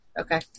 Okay